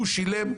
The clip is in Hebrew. הוא שילם.